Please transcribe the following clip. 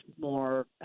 more